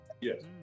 Yes